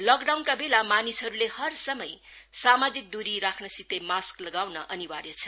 लकडाउनका बेला मानिसहरूले हरसमय सामाजिक द्री राख्न सितै मास्क लगाउन अनिवार्य छ